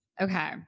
Okay